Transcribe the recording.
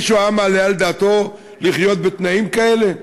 מישהו היה מעלה על דעתו לחיות בתנאים כאלה?